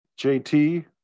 JT